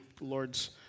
Lord's